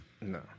No